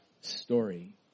story